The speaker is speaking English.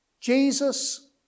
Jesus